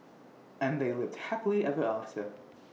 and they lived happily ever after